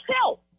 help